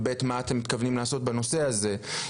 ו-ב׳- מה אתם מתכוונים לעשות בנושא הזה?